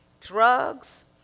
drugs